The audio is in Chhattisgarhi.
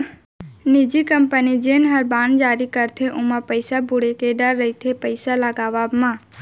निजी कंपनी जेन हर बांड जारी करथे ओमा पइसा बुड़े के डर रइथे पइसा लगावब म